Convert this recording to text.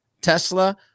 Tesla